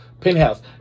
Penthouse